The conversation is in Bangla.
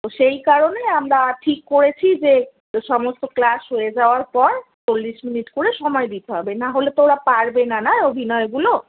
তো সেই কারণে আমরা ঠিক করেছি যে সমস্ত ক্লাস হয়ে যাওয়ার পর চল্লিশ মিনিট করে সময় দিতে হবে না হলে তো ওরা পারবে না না অভিনয়গুলো